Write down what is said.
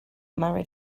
married